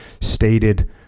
stated